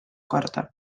korda